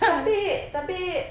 tapi tapi